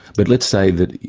but let's say that.